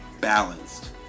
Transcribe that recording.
balanced